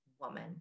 woman